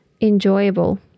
enjoyable